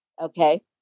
okay